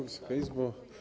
Wysoka Izbo!